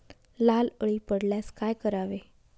लाल अळी पडल्यास काय करावे?